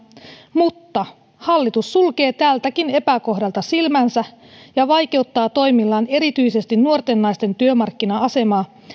mutta hallitus sulkee tältäkin epäkohdalta silmänsä ja vaikeuttaa toimillaan erityisesti nuorten naisten työmarkkina asemaa